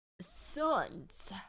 sons